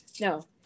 no